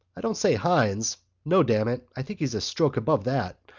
i don't say hynes. no, damn it, i think he's a stroke above that.